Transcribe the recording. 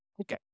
Okay